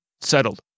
Settled